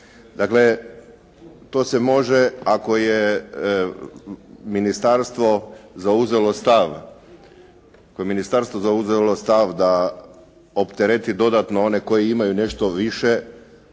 Dakle, to se može ako je ministarstvo zauzelo stav da optereti dodatno koji nešto više, može im